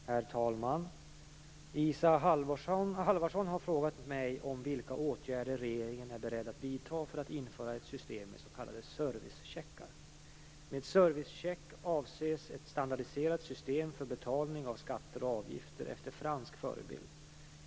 Herr talman! Isa Halvarsson har frågat mig om vilka åtgärder regeringen är beredd att vidta för att införa ett system med s.k. servicecheckar. Med servicecheckar avses ett standardiserat system för betalning av skatter och avgifter efter fransk förebild.